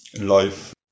life